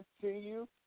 continue